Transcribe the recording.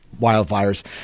wildfires